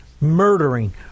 murdering